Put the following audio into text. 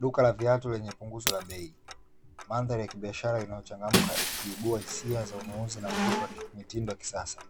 Duka la viatu lenye punguzo la bei, mandhari ya kibiashara iliyochangamka ikiibua hisia za ununuzi na mvuto wa mitindo ya kisasa.